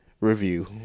review